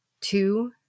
two